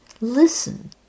Listen